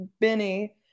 Benny